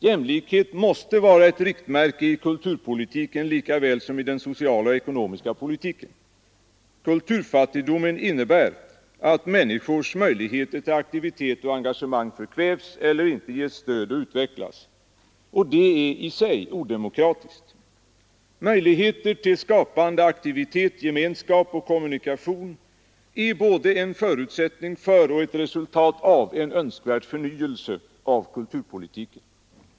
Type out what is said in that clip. Jämlikhet måste vara ett riktmärke i kulturpolitiken lika väl som i den sociala och ekonomiska politiken. Kulturfattigdomen innebär, att människors möjligheter till aktivitet och engagemang förkvävs eller inte ges stöd att utvecklas. Detta är i sig odemokratiskt. Möjligheter till skapande aktivitet, gemenskap och kommunikation är både en förutsättning för och ett resultat av en önskvärd förnyelse av kulturpolitiken.